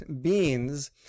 beans